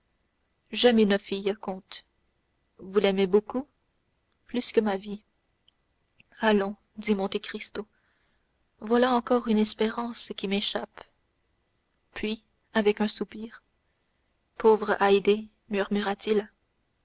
j'aime une jeune fille comte vous l'aimez beaucoup plus que ma vie allons dit monte cristo voilà encore une espérance qui m'échappe puis avec un soupir pauvre haydée murmura-t-il